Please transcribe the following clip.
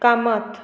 Kamat